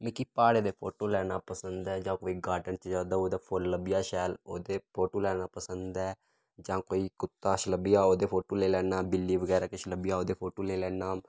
मिगी प्हाड़े दे फोटो लैना पसंद ऐ जां कोई गार्डन च जा दा होवै ओह्दा फुल्ली लब्भी जाए शैल ओह्दे फोटू लैना पसंद ऐ जां कोई कुत्ता लब्भी जा ओह्दे फोटू लेई लैना बिल्ली बगैरा किश लब्भी जा ओह्दे फोटू लेई लैन्ना